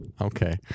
Okay